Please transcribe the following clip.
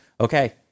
Okay